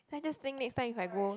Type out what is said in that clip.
then I just think next time if I go